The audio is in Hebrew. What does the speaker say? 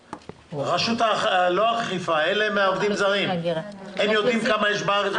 רשות הגירה יודעים כמה מכסות כאלה יש בארץ?